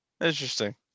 Interesting